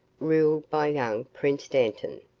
ruled by young prince dantan,